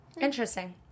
Interesting